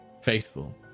faithful